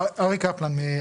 אריק קפלן.